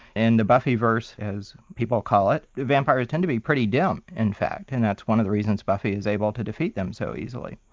in the buffyerse as people call it, vampires tend to be pretty dumb, in fact, and that's one of the reasons buffy is able to defeat them so easily.